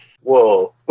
whoa